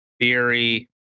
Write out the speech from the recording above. Theory